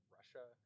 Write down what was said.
Russia